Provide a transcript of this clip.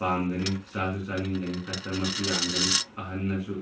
ꯄꯥꯝꯒꯅꯤ ꯆꯥꯁꯨ ꯆꯥꯅꯤꯡꯒꯅꯤ ꯀꯁꯇꯃ꯭ꯔꯁꯨ ꯌꯥꯝꯒꯅꯤ ꯑꯍꯟꯅꯁꯨ